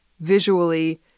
Visually